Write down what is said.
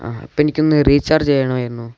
ആ അപ്പം എനിക്ക് ഒന്നു റീചാർജ് ചെയ്യണമായിരുന്നു